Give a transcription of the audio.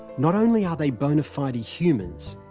not only are they bona fide humans,